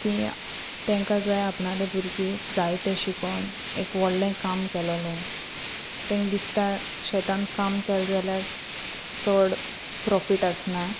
ती तेंका जाय आपणाले भुरगीं जायते शिकोन एक व्हडलें काम केल्लें तांकां दिसता शेतान काम केले जाल्यार चड प्रोफीट आसना